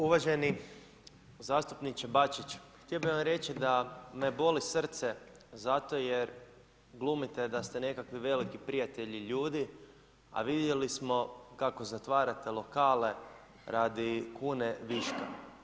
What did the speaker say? Uvaženi zastupnike Bačić, htio bih vam reći da me boli srce zato jer glumite da se nekakvi veliki prijatelji ljudi, a vidjeli smo kako zatvarate lokale radi kune viške.